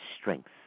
strength